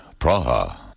Praha